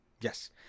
Yes